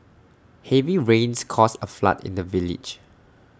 heavy rains caused A flood in the village